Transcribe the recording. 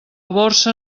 borsa